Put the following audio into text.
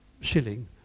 shilling